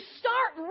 start